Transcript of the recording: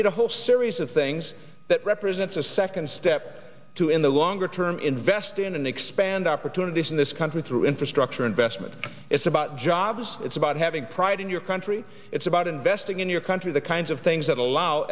need a whole series of things that represents a second step to in the longer term invest in and expand opportunities in this country through infrastructure investment it's about jobs it's about having pride in your country it's about investing in your country the kinds of things that